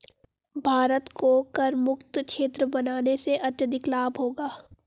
भारत को करमुक्त क्षेत्र बनाने से अत्यधिक लाभ होगा